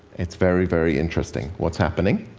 it's very, very interesting what's happening.